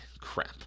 crap